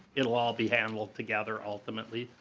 it will ah be handled together ultimately.